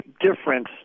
difference